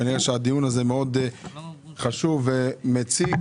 כנראה שהנושא הזה מאוד חשוב ומציק